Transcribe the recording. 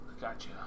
Gotcha